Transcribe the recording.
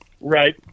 Right